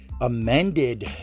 amended